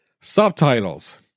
subtitles